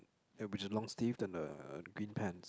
uh which is a long sleeve and a green pants